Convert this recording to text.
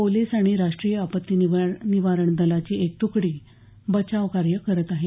police आणि राष्ट्रीय आपत्ती निवारण दलाची एक तुकडी येथे बचाव कार्य करत आहे